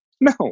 No